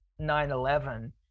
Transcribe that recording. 9-11